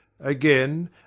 again